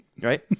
Right